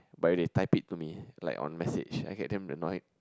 but if they type it to me like on message I get damn annoyed